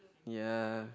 ya